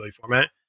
format